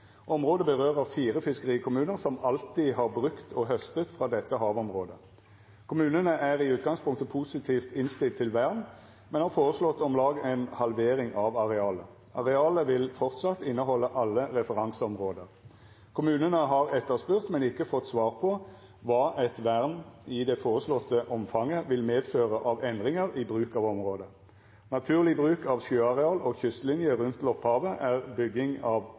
Området berører fire fiskerikommuner: Alta, Loppa, Hasvik og Hammerfest. Disse kommunene har alltid brukt og høstet fra dette havområdet. Kommunene har etterspurt, men ikke fått svar på hva et vern i det foreslåtte omfanget vil medføre av endringer for bruk av området. Naturlig bruk av sjøareal og kystlinjen i og rundt Lopphavet er bygging av kaier og naust, utdyping og mudring av havner, bygging av moloer og bølgevern. Videre har norske myndigheter lagt opp til en stor økt vekst av